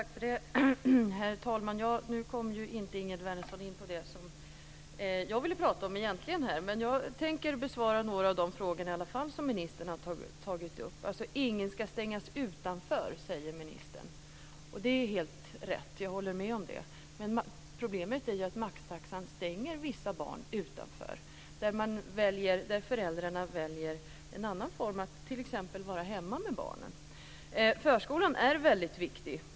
Herr talman! Nu kom Ingegerd Wärnersson inte in på det som jag egentligen ville tala om. Men jag tänker i alla fall besvara några av de frågor som ministern har tagit upp. Ministern säger att ingen ska stängas ute. Det är helt rätt. Jag håller med om det. Men problemet är ju att maxtaxan stänger vissa barn ute. Det handlar om barn för vilka föräldrarna väljer t.ex. att vara hemma med barnen. Förskolan är oerhört viktig.